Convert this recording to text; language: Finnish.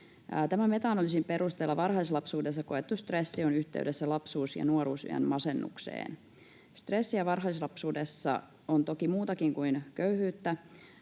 meta-analyysin perusteella varhaislapsuudessa koettu stressi on yhteydessä lapsuus- ja nuoruusiän masennukseen. Stressiä varhaislapsuudessa on toki muustakin kuin köyhyydestä,